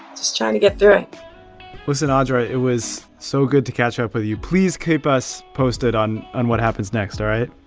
just trying to get through it listen audra, it was so good to catch up with you. please keep us posted on on what happens next, all right?